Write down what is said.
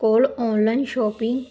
ਕੋਲ online shopping